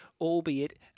albeit